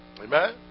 Amen